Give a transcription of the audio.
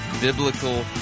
biblical